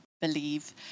believe